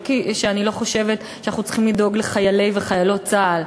לא כי אני לא חושבת שאנחנו צריכים לדאוג לחיילי וחיילות צה"ל.